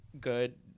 good